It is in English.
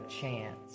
chance